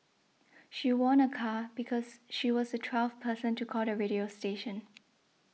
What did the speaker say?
she won a car because she was the twelfth person to call the radio station